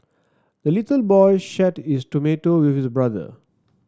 the little boy shared his tomato with his brother